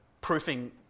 proofing